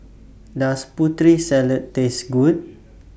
Does Putri Salad Taste Good